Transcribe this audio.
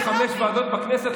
25 ועדות בכנסת,